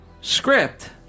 script